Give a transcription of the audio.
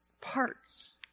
parts